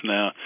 Now